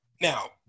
now